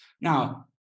Now